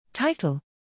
Title